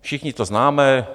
Všichni to známe.